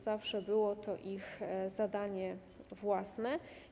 Zawsze było to ich zadanie własne.